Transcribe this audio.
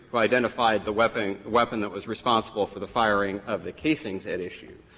identified the weapon weapon that was responsible for the firing of the casings at issue,